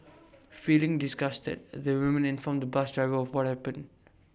feeling disgusted the woman informed the bus driver of what happened